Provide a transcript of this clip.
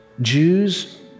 Jews